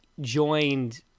joined